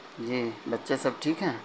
جی بچے سب ٹھیک ہیں